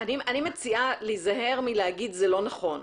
אני מציעה להיזהר מלהגיד שזה לא נכון,